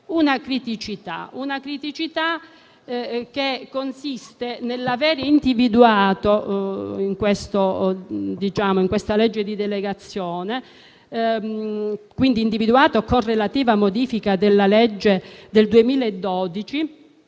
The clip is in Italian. una criticità, che consiste nell'aver individuato in questa legge di delegazione, con relativa modifica della legge del 2012,